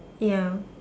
ya